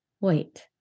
wait